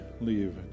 leave